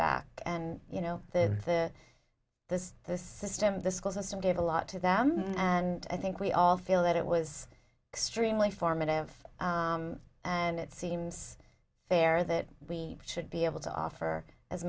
back and you know the the this this system the school system did a lot to them and i think we all feel that it was extremely formative and it seems there that we should be able to offer as